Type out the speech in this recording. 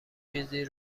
چیزی